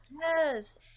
Yes